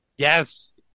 Yes